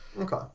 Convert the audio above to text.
Okay